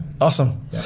Awesome